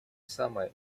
самое